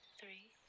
three